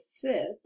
fit